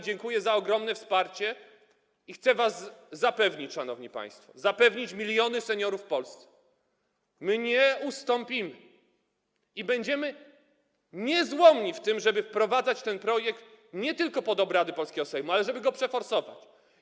Dziękuję za ogromne wsparcie i chcę was zapewnić, szanowni państwo, zapewnić miliony seniorów w Polsce, że my nie ustąpimy i będziemy niezłomni w tym, żeby nie tylko wprowadzać ten projekt pod obrady polskiego Sejmu, ale też żeby go przeforsować.